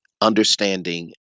understanding